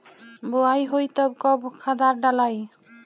बोआई होई तब कब खादार डालाई?